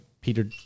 Peter